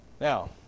Now